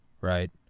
right